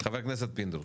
חבר הכנסת פינדרוס,